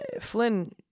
Flynn